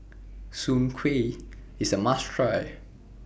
Soon Kway IS A must Try